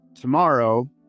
tomorrow